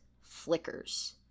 flickers